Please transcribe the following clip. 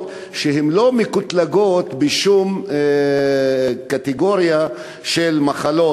שלא מקוטלגות בשום קטגוריה של מחלות,